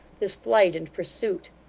this flight and pursuit,